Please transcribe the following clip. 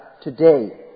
today